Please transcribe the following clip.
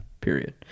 period